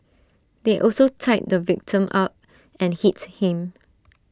they also tied the victim up and hit him